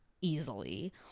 easily